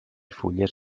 fulles